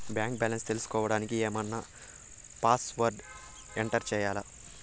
Bank balance తెలుసుకోవడానికి ఏమన్నా password enter చేయాలా?